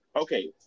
Okay